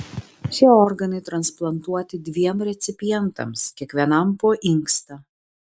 šie organai transplantuoti dviem recipientams kiekvienam po inkstą